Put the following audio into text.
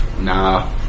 Nah